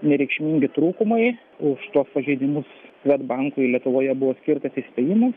nereikšmingi trūkumai už tuos pažeidimus svedbankui lietuvoje buvo skirtas įspėjimas